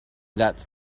that